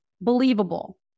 believable